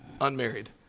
unmarried